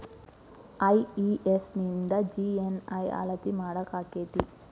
IES ನಿಂದ GNI ಅಳತಿ ಮಾಡಾಕಕ್ಕೆತಿ?